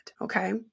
Okay